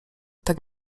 tak